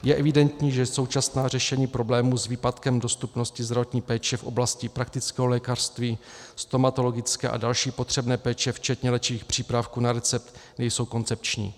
Je evidentní, že současná řešení problémů s výpadkem dostupnosti zdravotní péče v oblasti praktického lékařství, stomatologické a další potřebné péče, včetně léčivých přípravků na recept, nejsou koncepční.